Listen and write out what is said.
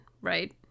right